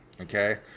Okay